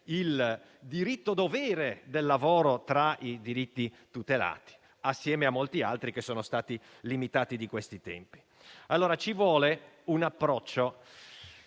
il diritto-dovere del lavoro tra i diritti tutelati, assieme a molti altri che sono stati limitati di questi tempi. Occorre un approccio